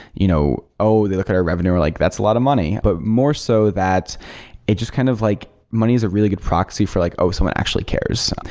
you know oh! they look at our revenue and we're like, that's a lot of money. but more so that it just kind of like money is a really good proxy for like, oh, someone actually cares.